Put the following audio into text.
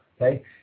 okay